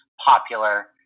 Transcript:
popular